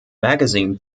magazine